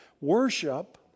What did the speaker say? worship